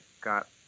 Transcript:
got